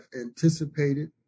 anticipated